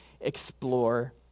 explore